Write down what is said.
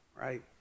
right